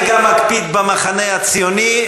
אני גם מקפיד במחנה הציוני,